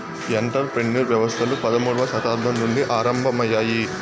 enter ప్రెన్యూర్ వ్యవస్థలు పదమూడవ శతాబ్దం నుండి ఆరంభమయ్యాయి